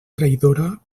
traïdora